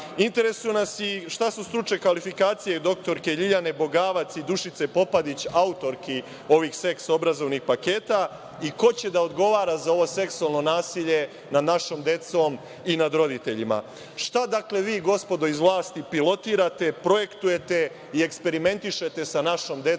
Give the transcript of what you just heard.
unazad. Interesuje nas i šta su stručne kvalifikacije doktorke LJiljane Bogavac i Dušice Popadić, autorki ovih seks-obrazovnih paketa i ko će da odgovara za ovo seksualno nasilje nad našom decom i nad roditeljima? Šta, dakle, vi, gospodo iz vlasti, pilotirate, projektujete i eksperimentišete sa našom decom